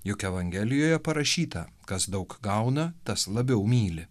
juk evangelijoje parašyta kas daug gauna tas labiau myli